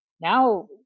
now